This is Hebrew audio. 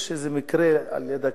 יש איזה מקרה ליד הכביש,